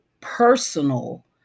personal